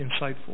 insightful